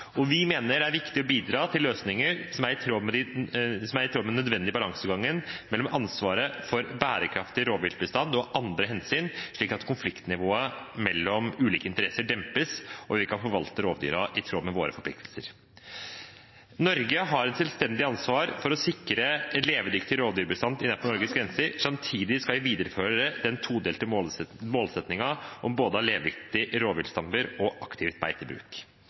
og vi mener det er viktig å bidra til løsninger som er i tråd med den nødvendige balansegangen mellom ansvaret for bærekraftig rovviltbestand og andre hensyn, slik at konfliktnivået mellom ulike interesser dempes og vi kan forvalte rovdyrene i tråd med våre forpliktelser. Norge har et selvstendig ansvar for å sikre en levedyktig rovdyrbestand innenfor Norges grenser. Samtidig skal vi videreføre den todelte målsettingen om både å ha levedyktige rovviltbestander og